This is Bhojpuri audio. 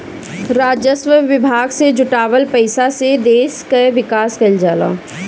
राजस्व विभाग से जुटावल पईसा से देस कअ विकास कईल जाला